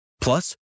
Plus